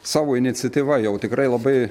savo iniciatyva jau tikrai labai